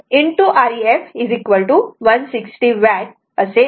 त्याचप्रमाणे Pcd Icd2 Rcd 320 watt आणि Pef Ief2 Ref 160 watt असे येते